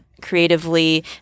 creatively